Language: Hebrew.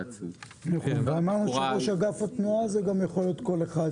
אין לי ספק שבעוד תשע שנים נדבר על מודלים הרבה יותר מורכבים,